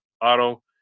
Auto